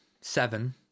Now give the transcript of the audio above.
seven